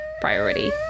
priority